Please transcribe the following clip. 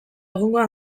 egungoa